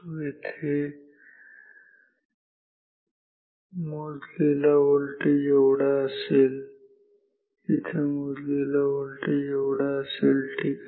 इथे मोजलेला व्होल्टेज एवढा असेल इथे मोजलेला व्होल्टेज एवढा असेल ठीक आहे